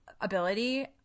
ability